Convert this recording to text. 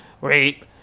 Rape